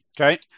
okay